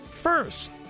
First